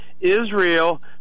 Israel